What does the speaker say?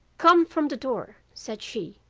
come from the door said she,